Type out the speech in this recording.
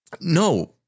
No